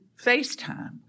FaceTime